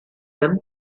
them